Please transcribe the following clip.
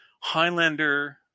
Highlander